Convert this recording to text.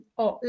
ho